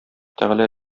тәгалә